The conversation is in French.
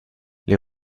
les